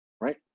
right